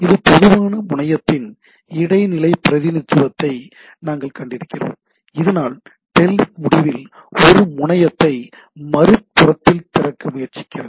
ஒரு பொதுவான முனையத்தின் இடைநிலை பிரதிநிதித்துவத்தை நாங்கள் கண்டிருக்கிறோம் இதனால் டெல்நெட் முடிவில் ஒரு முனையத்தை மறுபுறத்தில் திறக்க முயற்சிக்கிறது